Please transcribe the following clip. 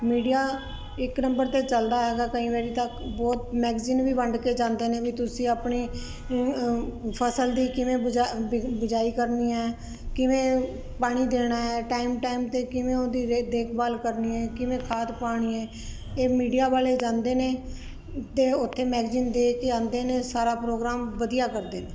media ਇਕ ਨੰਬਰ ਤੇ ਚੱਲਦਾ ਹੈਗਾ ਤਾਂ ਮੇਰੀ ਤਾਂ ਬਹੁਤ ਮੈਗਜ਼ੀਨ ਵੀ ਵੰਡ ਕੇ ਜਾਂਦੇ ਨੇ ਵੀ ਤੁਸੀਂ ਆਪਣੀ ਫਸਲ ਦੀ ਕਿਵੇਂ ਬੀਜਾਈ ਕਰਨੀ ਹੈ ਕਿਵੇਂ ਪਾਣੀ ਦੇਣਾ ਟਾਈਮ ਟਾਈਮ ਤੇ ਕਿਵੇਂ ਉਹਦੀ ਦੇਖਭਾਲ ਕਰਨੀ ਕਿਵੇਂ ਖਾਦ ਪਾਉਣੀ ਹੈ ਇਹ ਮੀਡੀਆ ਵਾਲੇ ਜਾਂਦੇ ਨੇ ਤੇ ਉੱਥੇ ਮੈਗਜ਼ੀਨ ਦੇ ਕੇ ਆਉਂਦੇ ਨੇ ਸਾਰਾ ਪ੍ਰੋਗਰਾਮ ਵਧੀਆ ਕਰਦੇ ਨੇ